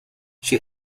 she